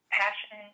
passion